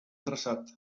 traçat